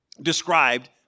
described